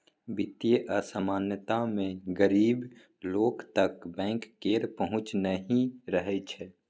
बित्तीय असमानता मे गरीब लोक तक बैंक केर पहुँच नहि रहय छै